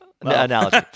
Analogy